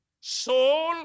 soul